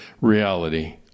reality